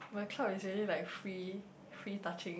but club is actually like free free touching